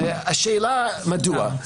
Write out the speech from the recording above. והשאלה מדוע.